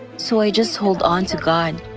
so i just hold on to god.